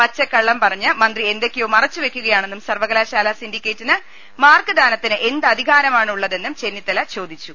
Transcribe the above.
പച്ചക്കള്ളം പറഞ്ഞ് മന്ത്രി എന്തൊക്കെയോ മറച്ചുവെക്കുകയാണെന്നും സർവ കലാശാല സിൻഡിക്കേറ്റിന് മാർക്ക് ദാനത്തിന് എന്തധികാരമാ ണുള്ളതെന്നും ചെന്നിത്തല ചോദിച്ചു